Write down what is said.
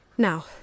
Now